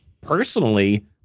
Personally